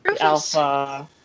Alpha